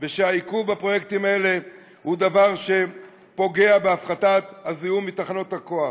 ושהעיכוב בפרויקטים האלה הוא דבר שפוגע בהפחתת הזיהום מתחנות הכוח.